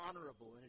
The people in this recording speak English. honorable